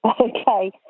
Okay